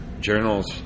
journals